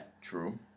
True